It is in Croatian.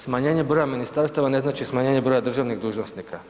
Smanjenje broja ministarstava ne znači smanjenje broja državnih dužnosnika.